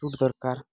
shoot ଦରକାର୍